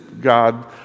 God